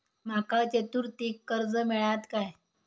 माका चतुर्थीक कर्ज मेळात काय?